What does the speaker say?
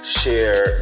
share